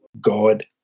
God